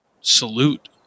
salute